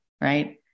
right